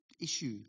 issue